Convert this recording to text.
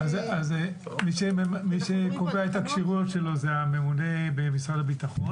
מי שקובע את הכשירויות שלו זה הממונה במשרד הביטחון